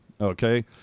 okay